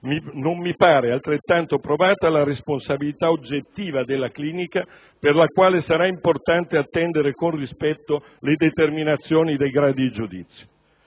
non mi pare altrettanto evidente la responsabilità oggettiva della clinica, per la quale sarà importante attendere con rispetto le determinazioni dei gradi di giudizio.